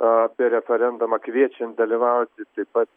apie referendumą kviečiant dalyvauti taip pat